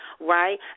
right